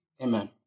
amen